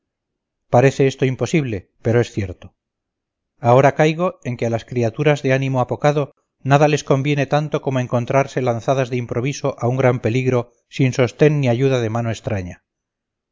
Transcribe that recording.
parece esto imposible pero es cierto ahora caigo en que a las criaturas de ánimo apocado nada les conviene tanto como encontrarse lanzadas de improviso a un gran peligro sin sostén ni ayuda de mano extraña